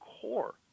core